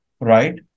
right